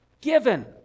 given